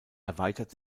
erweitert